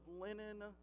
linen